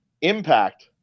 impact